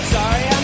Sorry